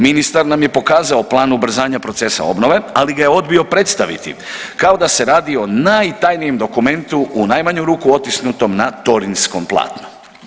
Ministar nam je pokazao plan ubrzanja procesa obnove, ali ga je odbio predstaviti kao da se radi o najtajnijem dokumentu u najmanju ruku otisnutom na torinskom platnu.